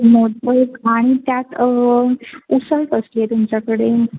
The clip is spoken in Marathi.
मोदक आणि त्यात उसळ कसली आहे तुमच्याकडे